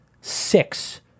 six